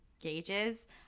gauges